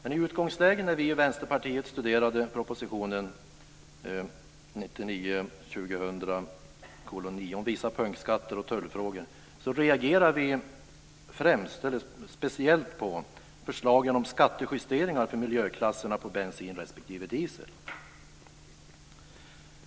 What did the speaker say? I utgångsläget, när vi i Vänsterpartiet studerade propositionen 1999/2000:9 om vissa punktskatte och tullfrågor reagerade vi speciellt på förslagen om skattejusteringar för miljöklasserna på bensin respektive diesel.